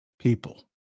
people